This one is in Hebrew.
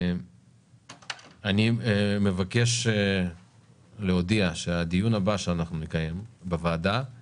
אני מבקש להודיע שהדיון הבא שאנחנו נקיים בוועדה הוא